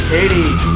Katie